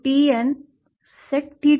Tnsec theta M